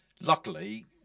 Luckily